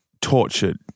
tortured